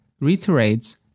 reiterates